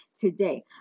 today